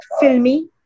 filmy